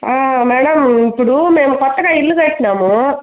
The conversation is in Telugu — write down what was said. మేడం ఇప్పుడు మేము కొత్తగా ఇల్లు కట్టినాము